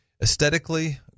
aesthetically